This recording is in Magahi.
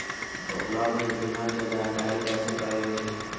उपलब्ध बीमा के जानकारी कैसे करेगे?